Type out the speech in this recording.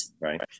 Right